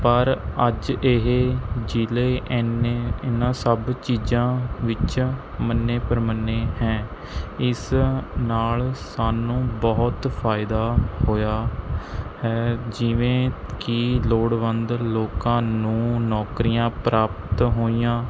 ਪਰ ਅੱਜ ਇਹ ਜ਼ਿਲ੍ਹੇ ਐਨੇ ਇਨ੍ਹਾਂ ਸਭ ਚੀਜ਼ਾਂ ਵਿੱਚ ਮੰਨੇ ਪ੍ਰਮੰਨੇ ਹੈ ਇਸ ਨਾਲ਼ ਸਾਨੂੰ ਬਹੁਤ ਫਾਇਦਾ ਹੋਇਆ ਹੈ ਜਿਵੇਂ ਕਿ ਲੋੜਵੰਦ ਲੋਕਾਂ ਨੂੰ ਨੌਕਰੀਆਂ ਪ੍ਰਾਪਤ ਹੋਈਆਂ